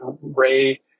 Ray